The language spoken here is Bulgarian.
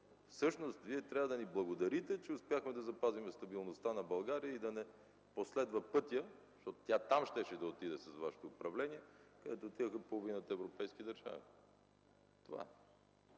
Всъщност Вие трябва да ни благодарите, че успяхме да запазим стабилността на България и да не последва пътя, защото тя там щеше да отиде с Вашето управление, където отидоха половината европейски държави. Това е.